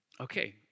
Okay